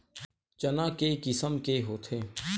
चना के किसम के होथे?